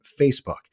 Facebook